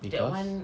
because